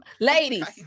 Ladies